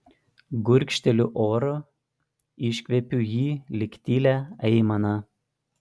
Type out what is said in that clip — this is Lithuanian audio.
gurkšteliu oro iškvepiu jį lyg tylią aimaną